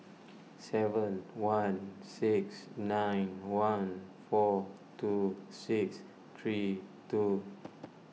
seven one six nine one four two six three two